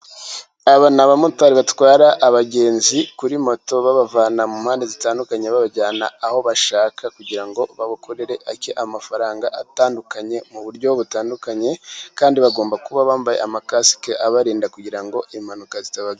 Aba ni abamotari, batwara abagenzi kuri moto, babavana mu mpande zitandukanye, babajyana aho bashaka, kugira ngo bakorere amafaranga atandukanye, mu buryo butandukanye kandi bagomba kuba bambaye amakasike, abarinda kugira impanuka zitaba.